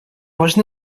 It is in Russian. важны